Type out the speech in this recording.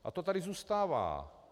A to tady zůstává.